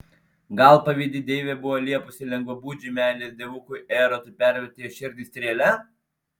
gal pavydi deivė buvo liepusi lengvabūdžiui meilės dievukui erotui perverti jos širdį strėle